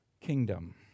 kingdom